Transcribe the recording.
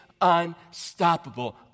unstoppable